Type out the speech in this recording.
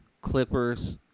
Clippers